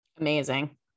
Amazing